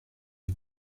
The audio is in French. est